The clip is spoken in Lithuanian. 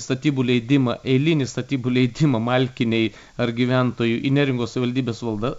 statybų leidimą eilinį statybų leidimą malkinėj ar gyventojų į neringos savivaldybės valda